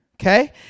okay